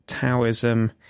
Taoism